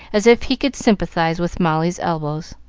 as if he could sympathize with molly's elbows.